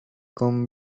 con